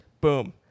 Boom